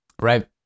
Right